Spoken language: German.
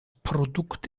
produkt